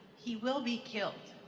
he will be killed.